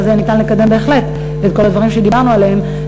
ואז יהיה אפשר לקדם בהחלט את כל הדברים שדיברנו עליהם